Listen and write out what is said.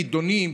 חידונים,